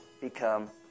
become